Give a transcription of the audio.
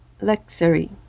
Luxury